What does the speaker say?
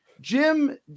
Jim